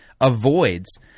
avoids